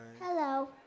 Hello